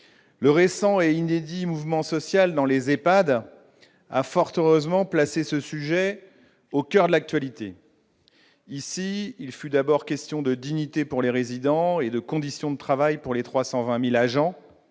Le récent et inédit mouvement social dans les EHPAD a fort heureusement placé ce sujet au coeur de l'actualité. Il fut d'abord question de dignité pour les résidents et de conditions de travail pour les 320 000 agents,